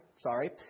Sorry